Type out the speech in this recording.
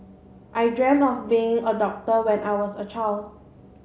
I dreamt of being a doctor when I was a child